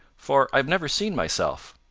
for i've never seen myself.